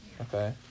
Okay